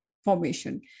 formation